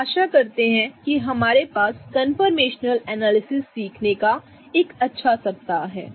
तो आशा करते हैं कि हमारे पास कंफर्मेशनल एनालिसिस सीखने का एक अच्छा सप्ताह है